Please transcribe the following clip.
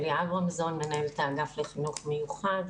אני מנהלת האגף לחינוך מיוחד.